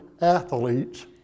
athletes